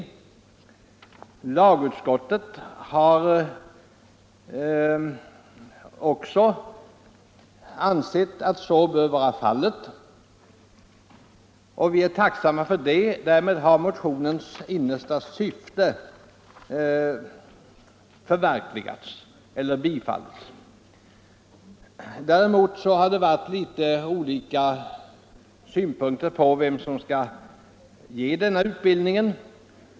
Också lagutskottet har ansett att så bör vara fallet, och vi är tacksamma för det. Därmed har motionens innersta syfte tillgodosetts. När det gäller vem som skall svara för denna utbildning har däremot skiftande synpunkter framkommit.